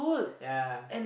ya